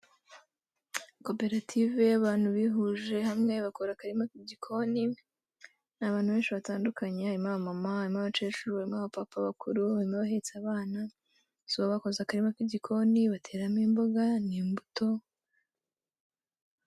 Koperative y'abantu bihuje hamwe bakora akarima k'igikoni, ni abantu benshi batandukanye, harimo abamama, harimo abakecuru, harimo abapapa bakuru, harimo abahetse abana, bakoze akarima k'igikoni bateramo imboga n'imbuto.